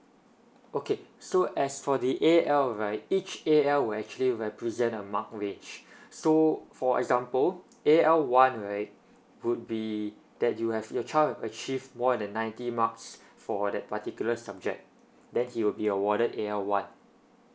okay so as for the A_L right each A_L will actually represent a mark range so for example A_L one right would be that you have your child would achieve more than ninety marks for that particular subject then he'll be awarded A_L one